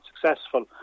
successful